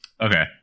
okay